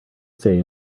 say